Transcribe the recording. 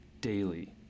daily